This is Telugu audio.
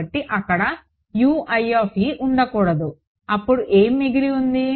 కాబట్టి అక్కడ ఉండకూడదు అప్పుడు ఏమి మిగిలి ఉంది